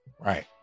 Right